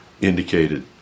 indicated